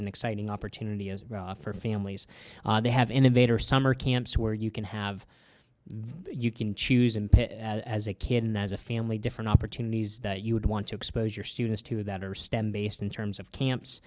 an exciting opportunity for families they have innovator summer camps where you can have you can choose and as a kid and as a family different opportunities that you would want to expose your students to that are stem based in terms of camps